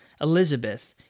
Elizabeth